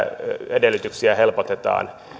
edellytyksiä helpotetaan